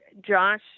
Josh